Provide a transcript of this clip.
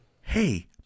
Hey